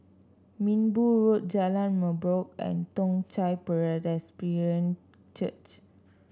Minbu Road Jalan Merbok and Toong Chai Presbyterian Church